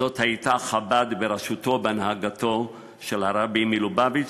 זאת הייתה חב"ד בראשותו ובהנהגתו של הרבי מלובביץ',